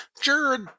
jared